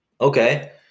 Okay